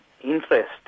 interest